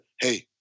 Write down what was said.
hey